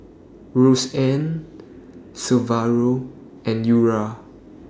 Roseanne Severo and Eura